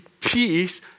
peace